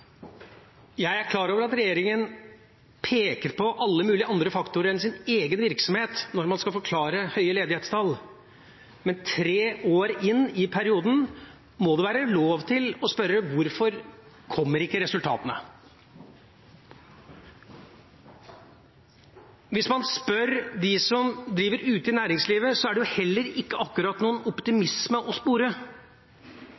Jeg er klar over at regjeringa peker på alle mulige andre faktorer enn sin egen virksomhet når man skal forklare høye ledighetstall, men tre år inn i perioden må det være lov til å spørre: Hvorfor kommer ikke resultatene? Hvis man spør dem som driver ute i næringslivet, er det heller ikke akkurat noen